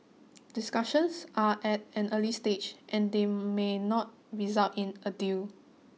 discussions are at an early stage and they may not result in a deal